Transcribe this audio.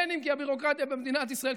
בין כי הביורוקרטיה במדינת ישראל,